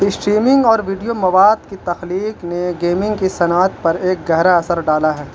streaming اور video مواد کی تخلیق نے گیمنگ کی صنعت پر ایک گہرا اثر ڈالا ہے